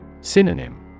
Synonym